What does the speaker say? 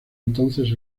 entonces